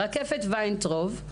רקפת וינטרוב,